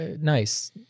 nice